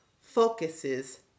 focuses